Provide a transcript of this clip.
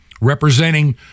representing